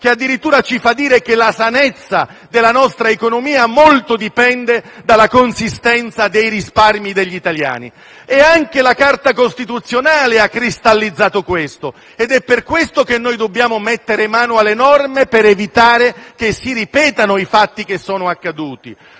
che addirittura ci fa dire che la sanezza della nostra economia molto dipende dalla consistenza dei risparmi degli italiani. Anche la Carta costituzionale ha cristallizzato questo ed è per questo che noi dobbiamo mettere mano alle norme, per evitare che si ripetano i fatti che sono accaduti.